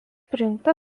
prijungta